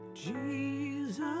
Jesus